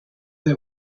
they